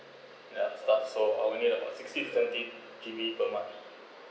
ya start so all I need sixty to seventy G_B per month